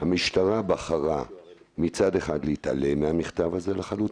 המשטרה בחרה מצד אחד להתעלם מהמכתב הזה לחלוטין,